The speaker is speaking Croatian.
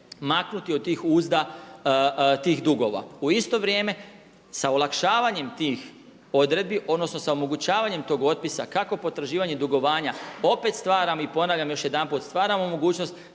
maknuti od tih uzda, tih dugova. U isto vrijeme, sa olakšavanjem tih odredbi, odnosno sa omogućavanjem tog otpisa, kako potraživanje i dugovanja, opet stvaram i ponavljam još jedanput, stvaramo mogućnost